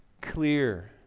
clear